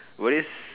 worries